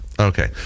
okay